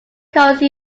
code